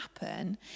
happen